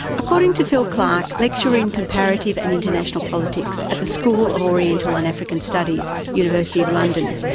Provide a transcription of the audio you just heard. according to phil clark, lecturer in comparative and international politics at the school of oriental and african studies, university of london,